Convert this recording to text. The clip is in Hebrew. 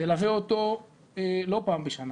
תלווה אותו לא פעם בשנה